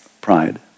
Pride